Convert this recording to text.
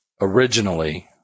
originally